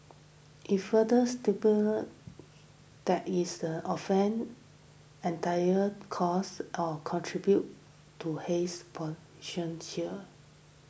it further stipulates that it is an offence entity cause or contribute to haze pollution here